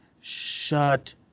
shut